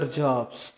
jobs